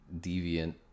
deviant